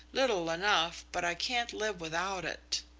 little enough, but i can't live without it.